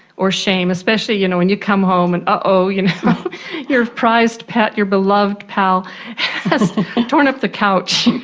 or shame. especially you know when you come home and oh, oh you know your prized pet, your beloved pal has torn up the couch,